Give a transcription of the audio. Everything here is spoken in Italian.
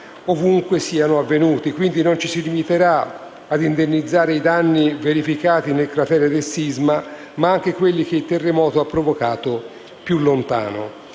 ovunque siano avvenuti, quindi non ci si limiterà ad indennizzare i danni verificatisi nel cratere del sisma, ma anche quelli che il terremoto ha provocato più lontano